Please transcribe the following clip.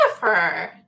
Jennifer